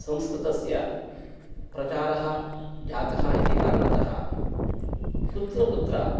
संस्कृतस्य प्रचारः जातः इति कारणतः कुत्र कुत्र